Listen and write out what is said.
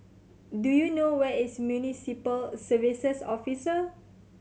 do you know where is Municipal Services Office